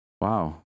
Wow